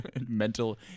Mental